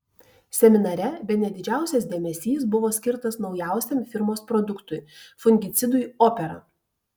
seminare bene didžiausias dėmesys buvo skirtas naujausiam firmos produktui fungicidui opera